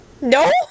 No